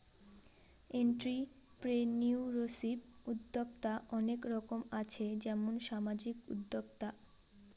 entrepreneurship উদ্যক্তা অনেক রকম আছে যেমন সামাজিক উদ্যোক্তা